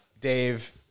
dave